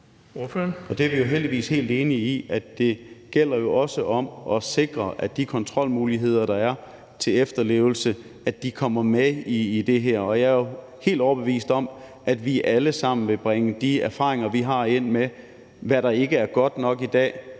Det er vi heldigvis helt enige i, for det gælder også om at sikre, at de kontrolmuligheder, der er, til efterlevelse, kommer med i det her. Og jeg er helt overbevist om, at vi alle sammen vil bringe de erfaringer om, hvad der ikke er godt nok i dag,